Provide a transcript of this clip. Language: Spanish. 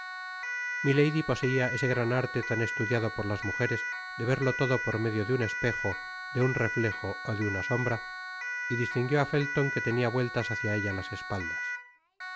milady poseia ese gran arte tan estudiado por las mujeres de verto todo por medio de un espejo de un reflejo ó de una sombra y distinguió á felton que tenia vueltas hácia elta tas espaldas